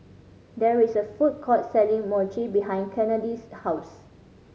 there is a food court selling Mochi behind Kennedi's house